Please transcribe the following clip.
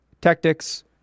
Tactics